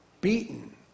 beaten